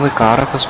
caught up